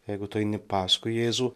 jeigu tu eini paskui jėzų